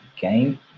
game